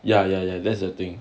ya ya ya that's the thing